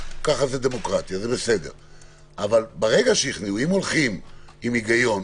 אבל ברגע שהכניעו, אם הולכים עם היגיון,